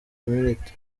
community